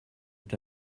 est